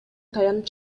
таянып